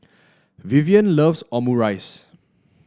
Vivien loves Omurice